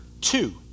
two